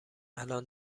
الان